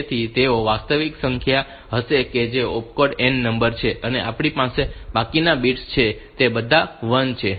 તેથી તેઓ વાસ્તવિક સંખ્યા હશે કે જે ઓપકોડ n નંબર છે અને આપણી પાસે બાકીના બિટ્સ છે તે બધા 1 છે